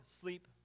sleep